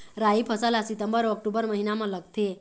राई फसल हा सितंबर अऊ अक्टूबर महीना मा लगथे